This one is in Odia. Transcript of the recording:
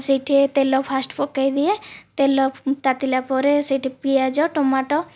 ସେଇଠି ତେଲ ଫାର୍ଷ୍ଟ ପକାଇଦିଏ ତେଲ ତାତିଲା ପରେ ସେଇଠି ପିଆଜ ଟମାଟୋ